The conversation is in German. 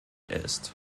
ist